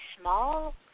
small